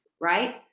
right